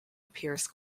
appears